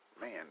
Man